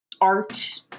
art